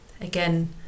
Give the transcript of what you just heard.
Again